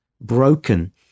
broken